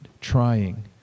trying